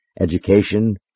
Education